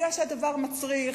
כי הדבר מצריך,